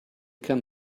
come